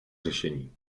řešení